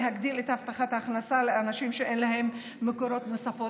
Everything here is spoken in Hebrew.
להגדיל את הבטחת ההכנסה לאנשים שאין להם מקורות נוספים.